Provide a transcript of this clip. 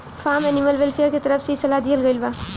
form animal welfare के तरफ से इ सलाह दीहल गईल बा